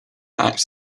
acts